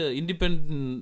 independent